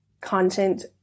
content